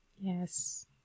Yes